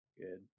good